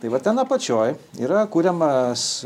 tai va ten apačioj yra kuriamas